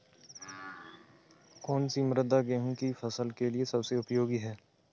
कौन सी मृदा गेहूँ की फसल के लिए सबसे उपयोगी है?